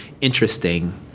interesting